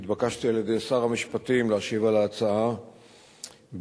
התבקשתי על-ידי שר המשפטים להשיב על ההצעה בשמו,